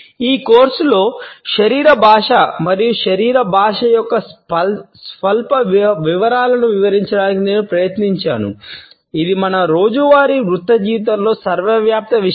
ఈ కోర్సులో శరీర భాష మరియు శరీర భాష యొక్క స్వల్ప వివరాలను వివరించడానికి నేను ప్రయత్నించాను ఇది మన రోజువారీ వృత్తి జీవితంలో సర్వవ్యాప్త విషయము